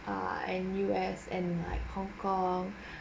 err and U_S and like hong kong